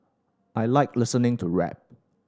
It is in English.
I like listening to rap